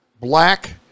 black